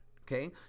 okay